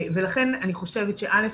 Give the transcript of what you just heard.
ולכן אני חושבת שא.